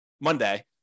monday